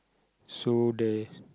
so there